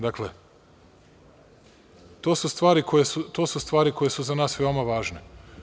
Dakle, to su stvari koje su za nas veoma važne.